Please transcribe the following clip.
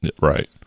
right